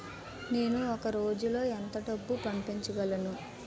నేను ఒక రోజులో ఎంత డబ్బు పంపించగలను?